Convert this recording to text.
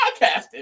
podcasting